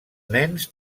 nens